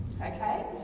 Okay